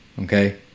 okay